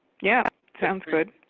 yeah, sounds good.